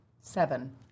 seven